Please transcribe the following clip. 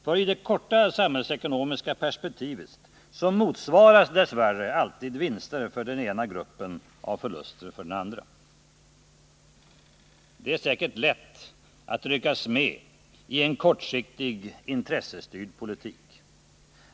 För i det korta samhällsekonomiska perspektivet motsvaras dess värre alltid vinster för den ena gruppen av förluster för den andra. Det är säkert lätt att ryckas med i en kortsiktig intressestyrd politik.